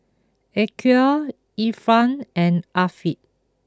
Aqil Irfan and Afiq